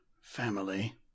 family